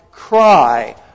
cry